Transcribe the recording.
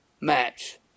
match